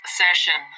session